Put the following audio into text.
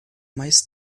mais